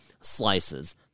slices